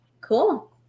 Cool